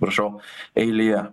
prašau eilėje